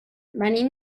venim